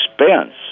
expense